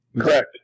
Correct